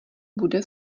bude